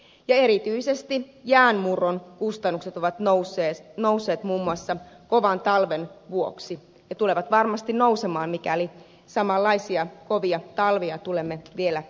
ja erityisesti jäänmurron kustannukset ovat nousseet muun muassa kovan talven vuoksi ja tulevat varmasti nousemaan mikäli samanlaisia kovia talvia tulemme vielä kokemaan